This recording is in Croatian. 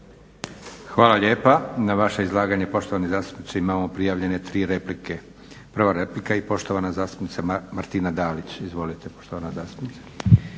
Hvala lijepa. Na vaše izlaganje poštovani zastupniče imamo prijavljene 3 replike. Prva replika i poštovana zastupnica Martina Dalić. Izvolite poštovana zastupnice.